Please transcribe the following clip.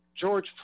George